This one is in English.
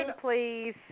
please